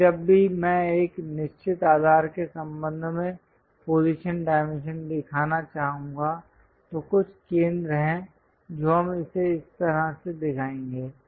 लेकिन जब भी मैं एक निश्चित आधार के संबंध में पोजीशन डाइमेंशन दिखाना चाहूंगा तो कुछ केंद्र हैं जो हम इसे इस तरह से दिखाएंगे